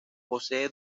posee